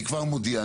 אני כבר מודיע,